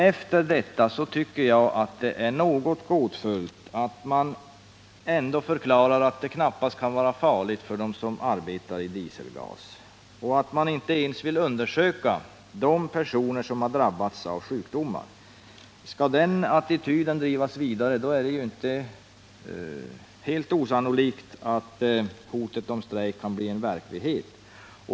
Efter detta tycker jag det är något gåtfullt att man ändå förklarar att det knappast kan vara farligt för dem som arbetar i dieselgas och att man inte ens vill undersöka de personer som drabbats av sjukdomar. Skall den attityden drivas vidare är det inte helt osannolikt att hotet om strejk kan bli en verklighet.